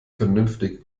vernünftig